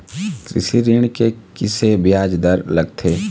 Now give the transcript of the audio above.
कृषि ऋण के किसे ब्याज दर लगथे?